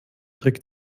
trick